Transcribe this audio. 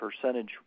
percentage